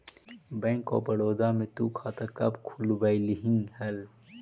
bank of Baroda में तु खाता कब खुलवैल्ही हल